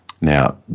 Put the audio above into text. Now